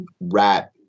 rat